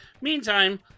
Meantime